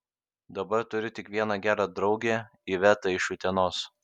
dabar turiu tik vieną gerą draugę ivetą iš utenos